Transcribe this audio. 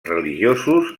religiosos